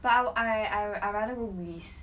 but I I I rather go greece